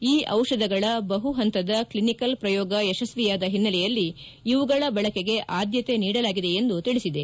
ಈ ದಿಷಧಗಳ ಬಹು ಹಂತದ ಕ್ಷಿನಿಕಲ್ ಪ್ರಯೋಗ ಯಶಸ್ನಿಯಾದ ಹಿನ್ನೆಲೆಯಲ್ಲಿ ಇವುಗಳ ಬಳಕೆಗೆ ಆದ್ಯತೆ ನೀಡಲಾಗಿದೆ ಎಂದು ತಿಳಿಸಿದೆ